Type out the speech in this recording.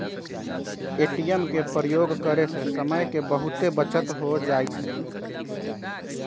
ATM के प्रयोग करे से समय के बहुते बचत हो जाइ छइ